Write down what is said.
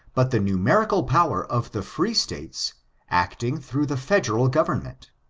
but the numerical power of the free states actmg through the federal government.